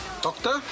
Doctor